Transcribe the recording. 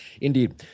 Indeed